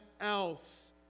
else